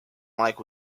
mike